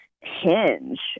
Hinge